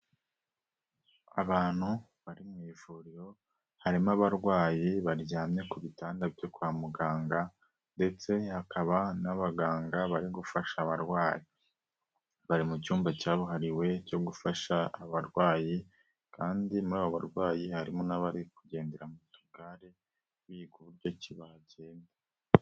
Abantu bari mu ivuriro, harimo abarwayi baryamye ku bitanda byo kwa muganga ndetse hakaba n'abaganga bari gufasha abarwayi, bari mu cyumba cyabuhariwe cyo gufasha abarwayi kandi muri aba barwayi harimo n'abari kugendera mu tugare biga uburyo ki bagenda.